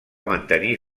mantenir